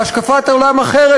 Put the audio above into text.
והשקפת עולם אחרת,